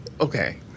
Okay